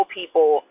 people